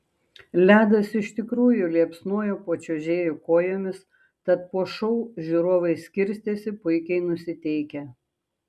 ledas iš tikrųjų liepsnojo po čiuožėjų kojomis tad po šou žiūrovai skirstėsi puikiai nusiteikę